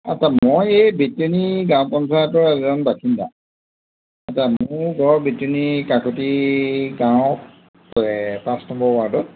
আচ্ছা মই এই বেটিয়নি গাঁও পঞ্চায়তৰ এজন বাসিন্দা আচ্ছা মোৰ ঘৰৰ বেটিয়নি কাকতি গাঁৱত পাঁচ নম্বৰ ৱাৰ্ডত